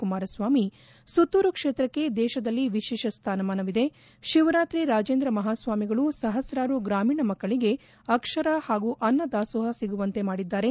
ಕುಮಾರಸ್ವಾಮಿ ಸುತ್ತೂರು ಕ್ಷೇತ್ರಕ್ಕೆ ದೇಶದಲ್ಲಿ ವಿಶೇಷ ಸ್ಥಾನಮಾನವಿದೆ ಶಿವರಾತ್ರಿ ರಾಜೇಂದ್ರ ಮಹಾಸ್ವಾಮೀಗಳು ಸಹಸ್ರಾರು ಗ್ರಾಮೀಣ ಮಕ್ಕಳಿಗೆ ಅಕ್ಷರ ಹಾಗೂ ಅನ್ನ ದಾಸೋಹ ಸಿಗುವಂತೆ ಮಾಡಿದ್ದಾರೆ